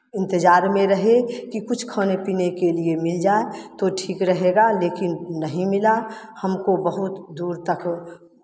इंतज़ार में रहे कि कुछ खाने पीने के लिए मिल जाए तो ठीक रहेगा लेकिन नहीं मिला हमको बहुत दूर तक